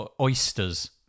oysters